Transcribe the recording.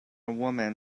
woman